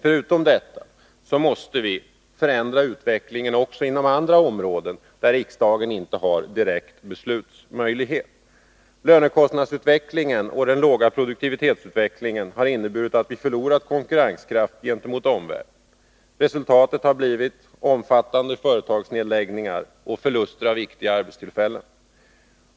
Vidare måste vi förändra utvecklingen också inom områden där riksdagen inte har direkt beslutsmöjlighet. Lönekostnadsutvecklingen och den låga produktivitetsutvecklingen har inneburit att vi förlorat konkurrenskraft gentemot omvärlden. Resultatet är omfattande företagsnedläggningar och förluster av viktiga arbetstillfällen.